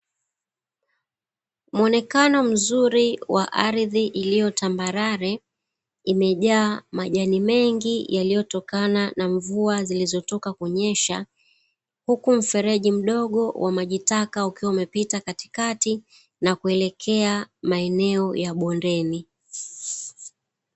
Muonekano mzuri wa ardhi iliyo tambarare, imejaa majani mengi yaliyotokana na mvua zilizotoka kunyesha. Huku mfereji mdogo wa maji taka, ukiwa umepita katikati na kuelekea maeneo ya bondeni.